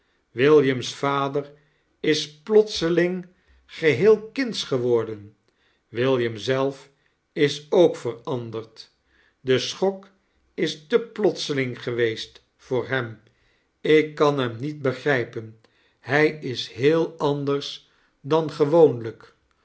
william's vader is plotseling geheel kindsch geworden william zelf is ook veranderd de schok is te plotseling geweest voor hem ik kan hem niet begrijpen hij is heel anders dan gewoonlijk